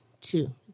two